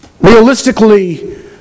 Realistically